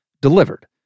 delivered